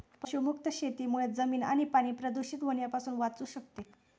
पशुमुक्त शेतीमुळे जमीन आणि पाणी प्रदूषित होण्यापासून वाचू शकते